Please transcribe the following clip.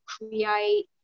create